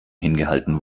hingehalten